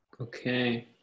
Okay